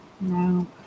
No